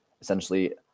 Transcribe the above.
essentially